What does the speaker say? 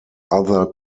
other